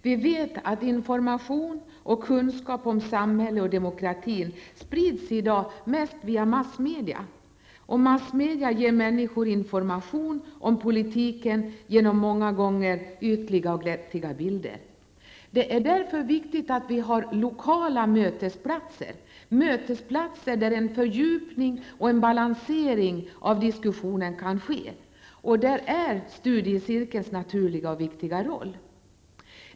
Vi vet att information och kunskap om samhället och demokratin i dag sprids mest visa massmedia, som ger människor information om politiken genom många gånger ytliga och glättiga bilder. Det är därför viktigt att vi har lokala mötesplatser, där en fördjupning och balansering av diskussionen kan ske. Detta är studiecirkelns naturliga och viktiga roll.